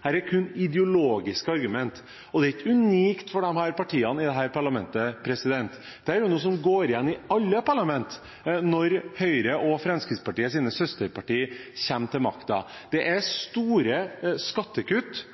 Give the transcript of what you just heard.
er kun ideologiske argument. Det er ikke unikt for disse partiene i dette parlamentet. Dette er noe som går igjen i alle parlament når Høyre og Fremskrittspartiets søsterpartier kommer til makten. Det er store skattekutt